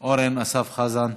אורן אסף חזן.